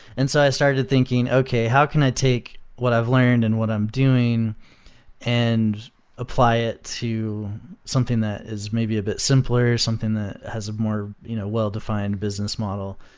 and so i started thinking, okay. how can take what i've learned and what i'm doing and apply it to something that is maybe a bit simpler, something that has a more you know well-defined business model.